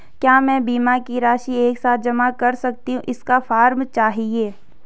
क्या मैं बीमा की राशि एक साथ जमा कर सकती हूँ इसका फॉर्म चाहिए?